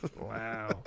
Wow